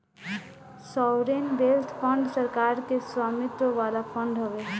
sovereign wealth fund सरकार के स्वामित्व वाला फंड हवे